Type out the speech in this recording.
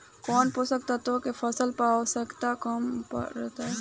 कौन पोषक तत्व के फसल पर आवशयक्ता कम पड़ता?